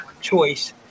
choice